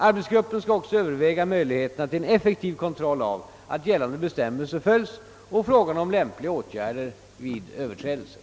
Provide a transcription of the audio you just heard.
Arbetsgruppen skall också överväga möjligheterna till effektiv kontroll av att gällande bestämmelser följs och frågan om lämpliga åtgärder vid överträdelser.